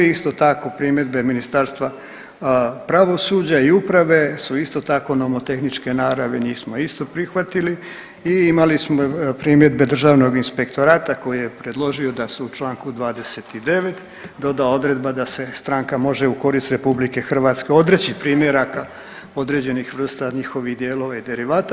Isto tako primjedbe Ministarstva pravosuđa i uprave su isto tako nomotehničke naravi, njih smo isto prihvatili i imali smo primjedbe Državnog inspektorata koji je predložio da se u Članku 29. doda odredba da se stranka može u korist RH odreći primjeraka određenih vrsta njihovih dijelova i derivata.